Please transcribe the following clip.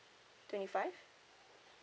twenty five